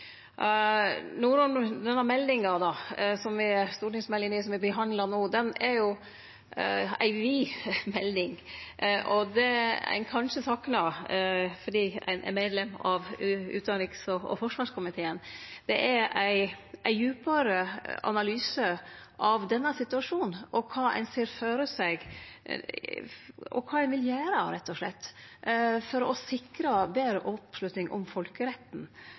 stortingsmeldinga som me behandlar no, er jo ei vid melding, og det ein kanskje saknar, fordi eg er medlem av utanriks- og forsvarskomiteen, er ein djupare analyse av denne situasjonen og kva ein ser føre seg – kva ein vil gjere rett og slett for å sikre betre oppslutning om folkeretten.